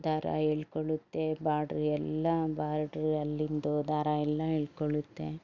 ದಾರ ಎಳ್ಕೊಳ್ಳುತ್ತೆ ಬಾಡ್ರ್ ಎಲ್ಲ ಬಾಡ್ರ್ ಅಲ್ಲಿಂದು ದಾರ ಎಲ್ಲ ಎಳ್ಕೊಳ್ಳುತ್ತೆ